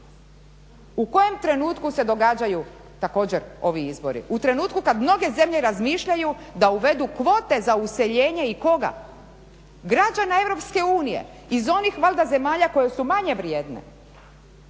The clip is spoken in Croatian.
u kojem trenutku se događaju također ovi izbori? U trenutku kad mnoge zemlje razmišljaju da uvedu kvote za useljenje i koga? Građana Europske unije, iz onih valjda zemalja koje su manje vrijedne.